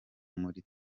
muri